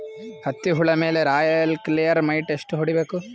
ಹತ್ತಿ ಹುಳ ಮೇಲೆ ರಾಯಲ್ ಕ್ಲಿಯರ್ ಮೈಟ್ ಎಷ್ಟ ಹೊಡಿಬೇಕು?